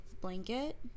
blanket